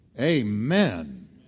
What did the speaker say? Amen